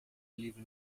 livre